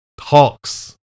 talks